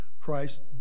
Christ